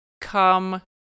come